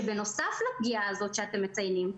שבנוסף לפגיעה הזאת שאתם מציינים,